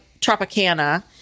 Tropicana